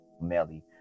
Melly